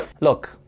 Look